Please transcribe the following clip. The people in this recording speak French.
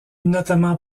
notamment